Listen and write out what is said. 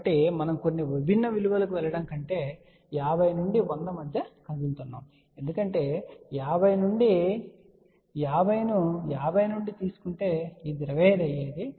కాబట్టి మనము కొన్ని విభిన్న విలువలకు వెళ్ళడం కంటే 50 నుండి 100 మధ్య కదులుతున్నాము ఎందుకంటే 50 నుండి 50 ను 50 నుండి తీసుకుంటే ఇది 25 అయ్యేది